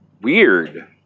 Weird